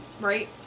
Right